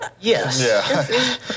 yes